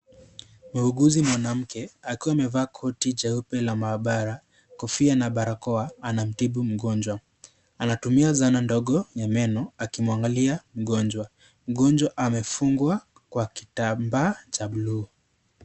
Muuguzi mwanamke akiwa ameva koti jeupe la maabara, kofia na barakoa anamtibu mgonjwa. Anatumia zana ndogo ya meno akimwangalia mgonjwa. Mgonjwa amefungwa kwa kitambaa cha bluu.